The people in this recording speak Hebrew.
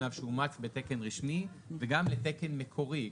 אף שאומץ בתקן לרשמי וגם לתקן מקורי,